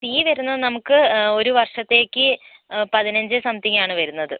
ഫീ വരുന്നത് നമുക്ക് ഒരു വർഷത്തേക്ക് പതിനഞ്ച് സംതിങ് ആണ് വരുന്നത്